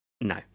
no